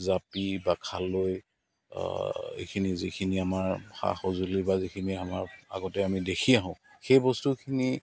জাপি বা খালৈ এইখিনি যিখিনি আমাৰ সা সঁজুলি বা যিখিনি আমাৰ আগতে আমি দেখি আহোঁ সেই বস্তুখিনি